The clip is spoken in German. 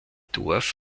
dorf